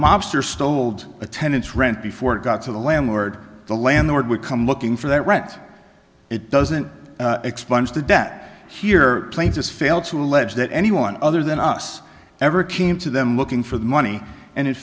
mobster stoled attendants rent before it got to the landlord the landlord would come looking for that rent it doesn't expunge the debt here plain just fail to allege that anyone other than us ever came to them looking for the money and in